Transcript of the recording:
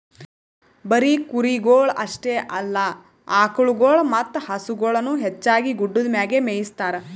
ಬರೀ ಕುರಿಗೊಳ್ ಅಷ್ಟೆ ಅಲ್ಲಾ ಆಕುಳಗೊಳ್ ಮತ್ತ ಹಸುಗೊಳನು ಹೆಚ್ಚಾಗಿ ಗುಡ್ಡದ್ ಮ್ಯಾಗೆ ಮೇಯಿಸ್ತಾರ